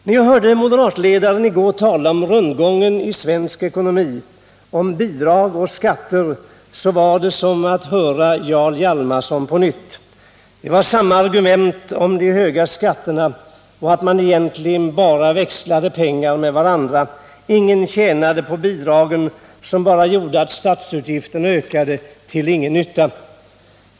När jag i går hörde moderatledaren tala om rundgången i svensk ekonomi, om bidrag och skatter, var det som att höra Jarl Hjalmarson på nytt. Det var samma argument om de höga skatterna och att man egentligen bara växlade pengar med varandra. Ingen tjänade på bidragen, som bara gjorde att statsutgifterna ökade till ingen nytta.